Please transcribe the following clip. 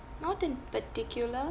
not in particular